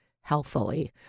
healthfully